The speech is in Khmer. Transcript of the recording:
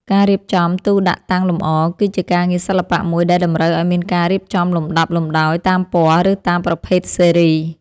ការរៀបចំទូដាក់តាំងលម្អ គឺជាការងារសិល្បៈមួយដែលតម្រូវឱ្យមានការរៀបចំលំដាប់លំដោយតាមពណ៌ ឬតាមប្រភេទស៊េរី។